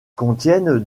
contiennent